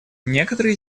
некоторые